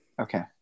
okay